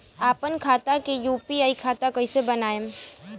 आपन खाता के यू.पी.आई खाता कईसे बनाएम?